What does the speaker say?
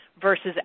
versus